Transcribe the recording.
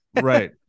Right